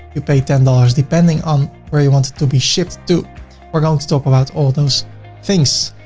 you pay ten dollars depending on where you want it to be shipped to we're going to talk about all those things.